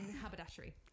Haberdashery